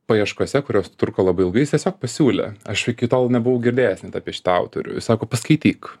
paieškose kurios truko labai ilgai jis tiesiog pasiūlė aš iki tol nebuvau girdėjęs net apie šitą autorių sako paskaityk